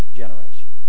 generation